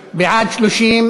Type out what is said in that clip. (תיקון,